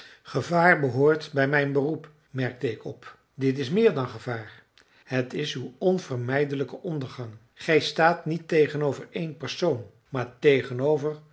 gevaar behoort bij mijn beroep merkte ik op dit is meer dan gevaar het is uw onvermijdelijke ondergang gij staat niet tegenover één persoon maar tegenover